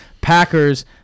Packers